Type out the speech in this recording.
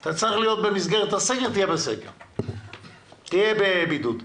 אתה צריך להיות במסגרת הסגר, תהיה בבידוד.